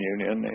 Union